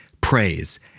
praise